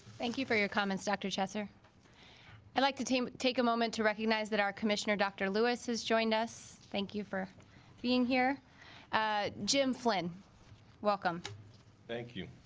thank you for your comments dr. chesser i like the team take a moment to recognize that our commissioner dr. lewis has joined us thank you for being here jim flynn welcome thank you